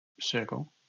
circle